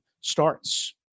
starts